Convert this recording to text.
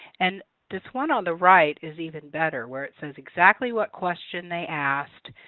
and this one on the right is even better where it says exactly what question they asked,